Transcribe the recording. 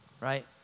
right